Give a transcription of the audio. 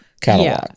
catalog